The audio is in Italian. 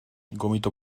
gomito